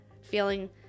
feeling